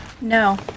No